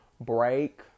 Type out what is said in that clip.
break